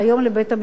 אומרים לה: גברתי,